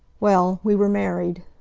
well, we were married.